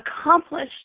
accomplished